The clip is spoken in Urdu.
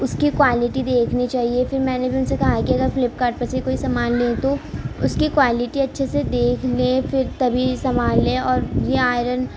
اس کی کوالیٹی دیکھنی چاہیے پھر میں نے بھی ان سے کہا کہ اگر فلپ کارٹ پر سے کوئی سمان لیں تو اس کی کوالیٹی اچھے سے دیکھ لیں پھر تبھی سامان لیں اور یہ آئرن